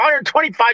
$125